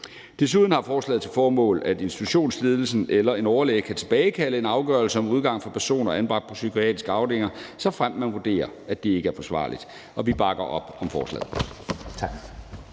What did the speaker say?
Desuden har forslaget til formål, at institutionsledelsen eller en overlæge kan tilbagekalde en afgørelse om udgang for personer anbragt på psykiatriske afdelinger, såfremt man vurderer, at det ikke er forsvarligt. Vi bakker op om forslaget.